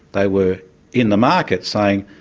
they were in the market saying,